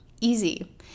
easy